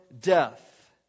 death